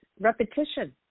repetition